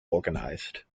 organized